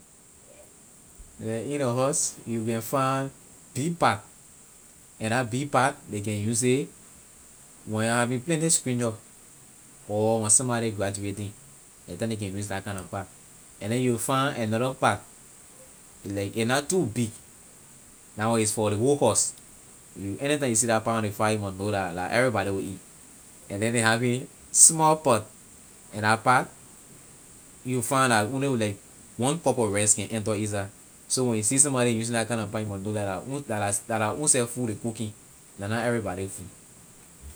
Like in ley house you can find big pot and la big pot ley can use it when your having plenty stranger or when somebody graduating la ley time ley can use la kind na pot and then you will find another pot like a na too big la one is for ley whole house anytime you see la pot on the fire you mon know la la everybody will eat and then ley having small pot and la pot you find la only like one cup of rice can enter in side so when you see somebody using la kind na pot you mon know la la own la la ownself food ley cooking la na everybody food.